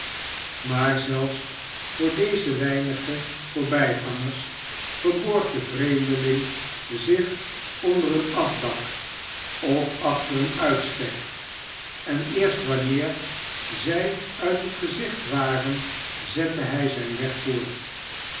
maar zelfs voor deze weinige voorbijgangers verborg de vreemdeling zich onder een afdak of achter een uitstek en eerst wanneer zij uit het gezicht waren zette hij zijn weg voort